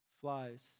flies